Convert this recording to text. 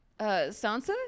Sansa